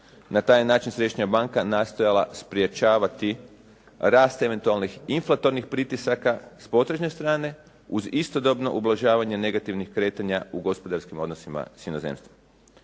Na taj je način središnja banka nastojala sprječavati rast eventualnih inflatornih pritisaka s potražnje strane uz istodobno ublažavanje negativnih kretanja u gospodarskim odnosima s inozemstvom.